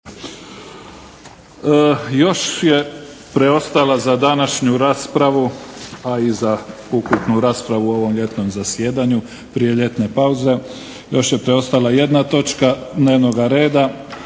Još je preostala za današnju raspravu, a i za ukupnu raspravu u ovom ljetnom zasjedanju prije ljetne pauze još je tu ostala jedna točka dnevnoga reda,